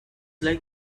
like